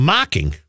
Mocking